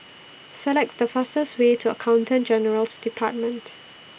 Select The fastest Way to Accountant General's department